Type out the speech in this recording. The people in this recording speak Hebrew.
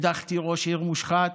הדחתי ראש עיר מושחת,